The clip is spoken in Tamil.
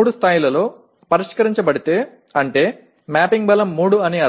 ஒரு PO ஐ 3 மட்டத்தில் விரிவுபடுத்த வேண்டுமானால் அதாவது கோப்பிட்ட வலிமை 3